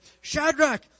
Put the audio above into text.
Shadrach